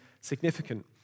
significant